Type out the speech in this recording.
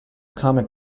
comic